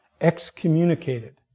Excommunicated